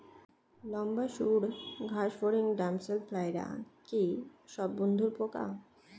লম্বা সুড় ঘাসফড়িং ড্যামসেল ফ্লাইরা কি সব বন্ধুর পোকা?